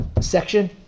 section